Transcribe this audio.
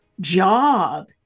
job